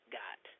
got